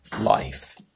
life